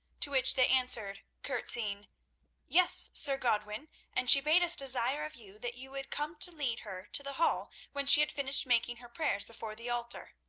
to which they answered, curtseying yes, sir godwin and she bade us desire of you that you would come to lead her to the hall when she had finished making her prayers before the altar.